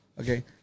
Okay